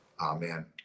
Amen